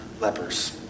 lepers